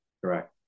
Correct